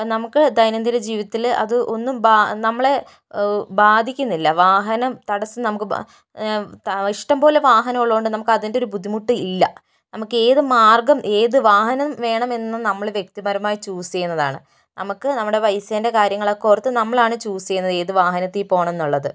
ഇപ്പോൾ നമുക്ക് ദൈനദിന ജീവിതത്തിൽ അത് ഒന്നും നമ്മളെ ബാധിക്കുന്നില്ല വാഹനം തടസ്സം നമുക്ക് ഇഷ്ടം പോലെ വാഹനമുള്ളതുകൊണ്ട് നമുക്ക് അതിൻ്റെ ഒരു ബുദ്ധിമുട്ട് ഇല്ല നമുക്ക് ഏതു മാർഗ്ഗം ഏത് വാഹനം വേണമെന്ന് നമ്മൾ വ്യക്തിപരമായി ചൂസ് ചെയ്യുന്നതാണ് നമുക്ക് നമ്മുടെ പൈസേൻ്റെ കാര്യങ്ങളൊക്കെ ഓർത്ത് നമ്മളാണ് ചൂസ് ചെയ്യുന്നത് ഏതു വാഹനത്തിൽ പോകണമെന്നുള്ളത്